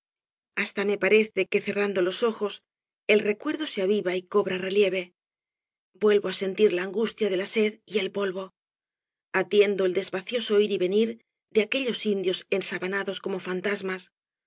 hasta me parece que cerrando los ojos el recuerdo se aviva y cobra relieve vuelvo á sentir la angustia de la sed y el polvo atiendo el despacioso ir y venir de aquellos indios ensabanados como fantasmas